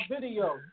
video